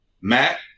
Matt